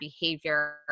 behavior